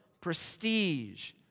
prestige